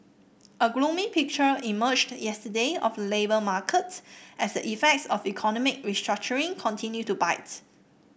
a gloomy picture emerged yesterday of the labour market as the effects of economic restructuring continue to bite